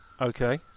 Okay